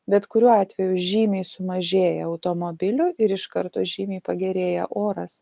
bet kuriuo atveju žymiai sumažėja automobilių ir iš karto žymiai pagerėja oras